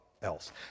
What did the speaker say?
else